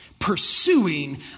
Pursuing